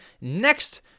next